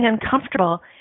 uncomfortable